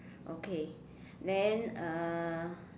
okay then uh